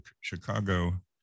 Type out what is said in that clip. Chicago